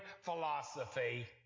philosophy